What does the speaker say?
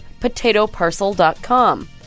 potatoparcel.com